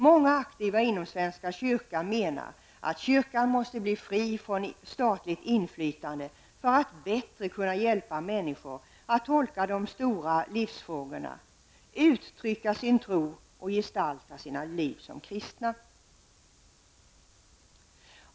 Många aktiva inom svenska kyrkan menar att kyrkan måste bli fri från statligt inflytande för att bättre kunna hjälpa människor med att tolka de stora livsfrågorna, uttrycka sin tro och gestalta sina liv som kristna.